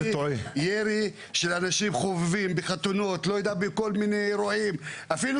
ירי של אנשים חובבים, בחתונות, בכל מיני אירועים.